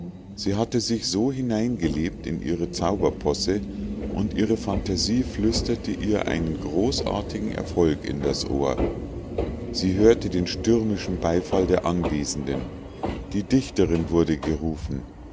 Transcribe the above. sie hatte sich so hineingelebt in ihre zauberposse und ihre phantasie flüsterte ihr einen großartigen erfolg in das ohr sie hörte den stürmischen beifall der anwesenden die dichterin wurde gerufen